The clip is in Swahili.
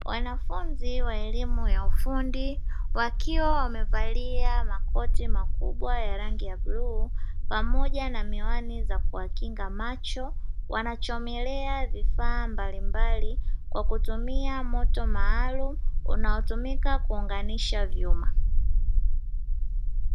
Wanafunzi wa elimu ya ufundi wakiwa wamevalia makoti makubwa ya rangi ya bluu pamoja na miwani za kuwakinga macho; wanachomelea vifaa mbalimbali kwa kutumia moto maalumu unaotumika kuunganisha vyuma.